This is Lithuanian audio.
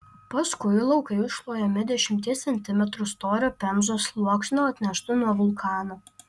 paskui laukai užklojami dešimties centimetrų storio pemzos sluoksniu atneštu nuo vulkano